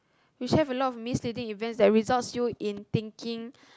which have a lot of misstating events that result you in thinking